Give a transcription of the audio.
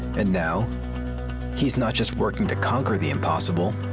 and now he is not just working to conquer the impossible